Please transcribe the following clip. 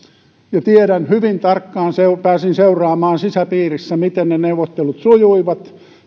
ja tiedän hyvin tarkkaan ja pääsin seuraamaan sisäpiirissä miten ne neuvottelut sujuivat